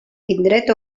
indret